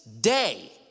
day